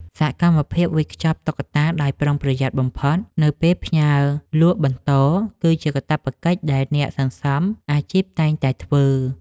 សកម្មភាពវេចខ្ចប់តុក្កតាដោយប្រុងប្រយ័ត្នបំផុតនៅពេលផ្ញើលក់បន្ត គឺជាកាតព្វកិច្ចដែលអ្នកសន្សំអាជីពតែងតែធ្វើ។